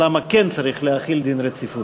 למה כן צריך להחיל דין רציפות.